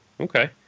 Okay